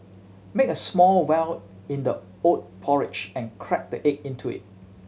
make a small well in the oat porridge and crack the egg into it